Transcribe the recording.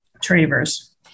Travers